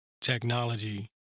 technology